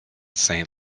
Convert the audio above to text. saint